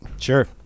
Sure